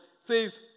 says